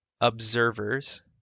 observers